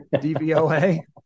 D-V-O-A